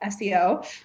seo